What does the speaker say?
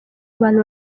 abantu